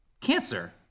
Cancer